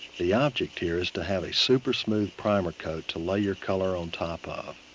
the object here is to have a super smooth primer coat to lay your color on top of.